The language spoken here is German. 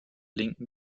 linken